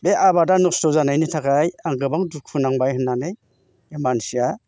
बे आबादा नस्थ' जानायनि थाखाय आं गोबां दुखु नांबाय होन्नानै मानसिया